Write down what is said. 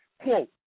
Quote